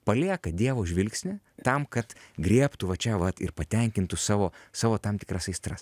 palieka dievo žvilgsnį tam kad griebtų va čia vat ir patenkintų savo savo tam tikras aistras